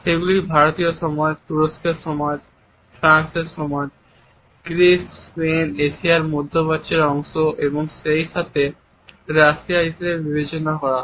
সেগুলিকে ভারতীয় সমাজ তুরস্কের সমাজ ফ্রান্স ইতালি গ্রীস স্পেন এশিয়ার মধ্যপ্রাচ্যের অংশ এবং সেইসাথে রাশিয়া হিসাবে বিবেচনা করা হয়